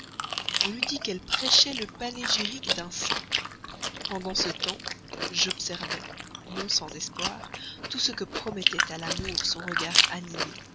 on eût dit qu'elle prêchait le panégyrique d'un saint pendant ce temps j'observais non sans espoir tout ce que promettaient à l'amour son regard animé